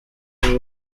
bari